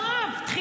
מטורף, מטורף.